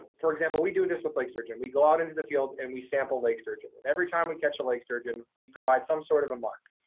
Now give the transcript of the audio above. for example, we do this with lake sturgeon. we go out into the field, and we sample lake sturgeon. and every time we catch a lake sturgeon, we provide some sort of a mark.